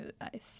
life